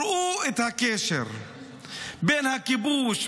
ראו את הקשר בין הכיבוש,